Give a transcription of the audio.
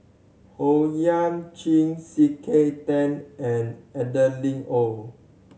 Owyang Chi C K Tang and Adeline Ooi